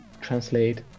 translate